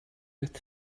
with